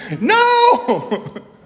No